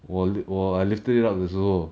我我 I lifted it up 的时候